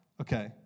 Okay